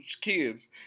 kids